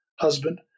husband